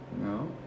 No